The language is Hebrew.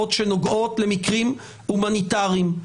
שנוגעות למקרים הומניטריים.